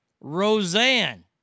Roseanne